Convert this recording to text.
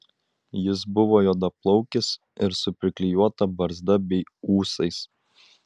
jis buvo juodaplaukis ir su priklijuota barzda bei ūsais